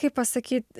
kaip pasakyt